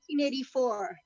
1984